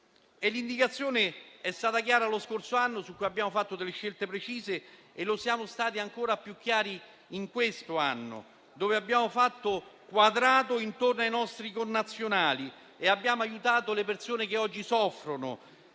L'indicazione è stata chiara lo scorso anno, quando abbiamo fatto scelte precise; e siamo stati ancora più chiari quest'anno, quando abbiamo fatto quadrato intorno ai nostri connazionali e abbiamo aiutato le persone che oggi soffrono.